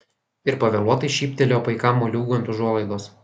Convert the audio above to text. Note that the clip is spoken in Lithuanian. ir pavėluotai šyptelėjo paikam moliūgui ant užuolaidos